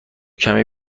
کمی